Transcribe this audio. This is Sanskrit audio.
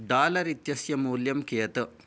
डालर् इत्यस्य मूल्यं कियत्